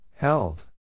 Held